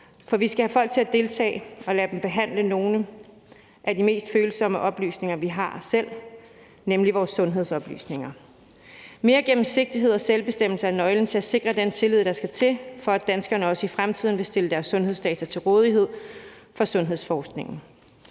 for vi skal have folk til at deltage og lade dem behandle nogle af de mest følsomme oplysninger, vi har selv, nemlig vores sundhedsoplysninger. Mere gennemsigtighed og selvbestemmelse er nøglen til at sikre den tillid, der skal til, for at danskerne også i fremtiden vil stille deres sundhedsdata til rådighed for sundhedsforskningen.